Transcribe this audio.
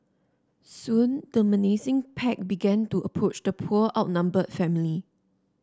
soon the menacing pack began to approach the poor outnumbered family